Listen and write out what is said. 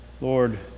Lord